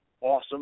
awesome